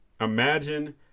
imagine